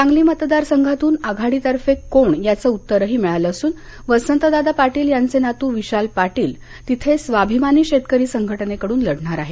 सांगली मतदार संघातून आघाडीतर्फे कोण याचं उत्तरही मिळालं असून वसंतदादा पाटील यांचे नातू विशाल पाटील तिथे स्वाभिमानी शेतकरी संघटने कडून लढणार आहेत